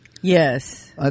Yes